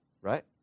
right